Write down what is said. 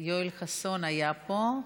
יואל חסון היה פה,